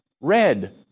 red